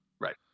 Right